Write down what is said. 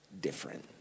different